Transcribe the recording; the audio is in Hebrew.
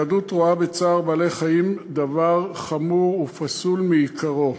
היהדות רואה בצער בעלי-חיים דבר חמור ופסול מעיקרו.